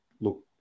look